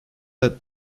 that